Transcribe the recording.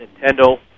nintendo